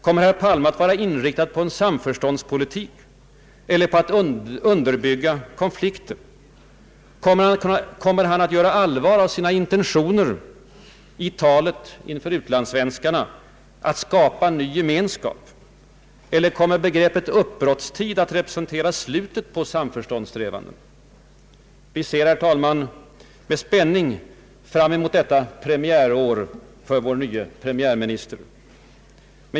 Kommer herr Palme att vara inriktad på samförståndspolitik eller på att underbygga konflikter? Kommer han att göra allvar av sina intentioner i talet inför utlandssvenskarna att ”skapa ny gemenskap” eller kommer begreppet ”uppbrottstid” att representera slutet på samförståndssträvandena? Vi ser, herr talman, med spänning fram mot detta premiärår för vår nye premiärminister.